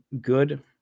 good